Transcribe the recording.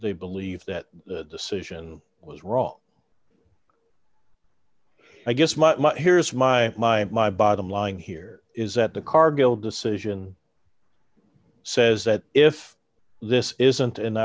they believe that the decision was wrong i guess my here's my my my bottom line here is that the cargill decision says that if this isn't an